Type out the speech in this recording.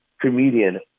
comedian